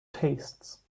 tastes